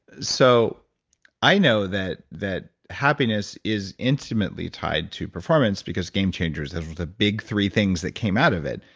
so i know that that happiness is intimately tied to performance because game changers, those were the big three things that came out of it,